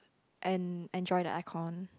and enjoy the aircon